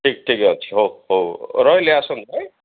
ଠିକ ଠିକ ଅଛି ହଉ ହଉ ରହିଲି ଆସନ୍ତୁ